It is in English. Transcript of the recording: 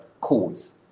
cause